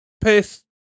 piss